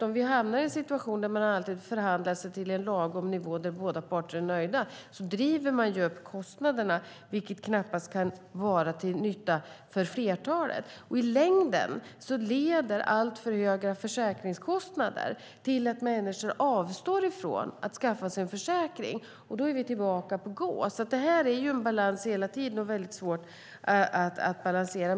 Om vi hamnar i en situation där man alltid förhandlar sig till en lagom nivå där båda parter är nöjda driver man ju upp kostnaderna, vilket knappast kan vara till nytta för flertalet. I längden leder alltför höga försäkringskostnader till att människor avstår från att skaffa sig en försäkring. Då är vi tillbaka på "gå". Det här är ju en balans hela tiden, och det är väldigt svårt att balansera.